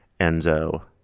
Enzo